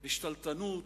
ושתלטנות,